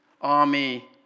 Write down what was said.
army